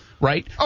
right